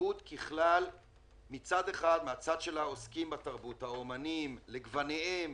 מהצד של העוסקים בתרבות האומנים לגווניהם,